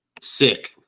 Sick